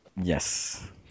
Yes